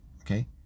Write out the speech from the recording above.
Okay